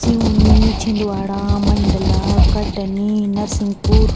Seoni Chhindwara Mandla Katni Narsinghpur